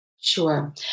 Sure